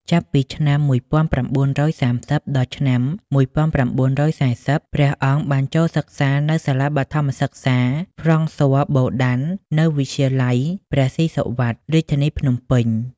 ចាប់ពីឆ្នាំ១៩៣០ ដល់ឆ្នាំ១៩៤០ ព្រះអង្គបានចូលសិក្សានៅសាលាបឋមសិក្សា ហ្វ្រង់ស័រ បូឌាន់ និងនៅវិទ្យាល័យព្រះស៊ីសុវត្ថិ រាជធានីភ្នំពេញ។